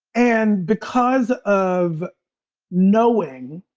and because of knowing